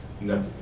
No